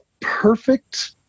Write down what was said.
perfect